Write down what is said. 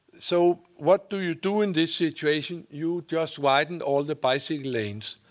so what do you do in this situation? you just widen all the bicycle lanes.